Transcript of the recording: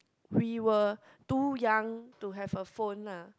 we were too young to have a phone lah